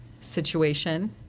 situation